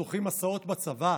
זוכרים מסעות בצבא,